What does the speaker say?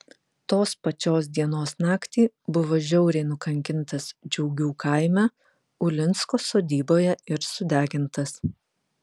tos pačios dienos naktį buvo žiauriai nukankintas džiaugių kaime ulinsko sodyboje ir sudegintas